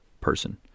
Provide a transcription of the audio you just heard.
person